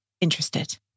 interested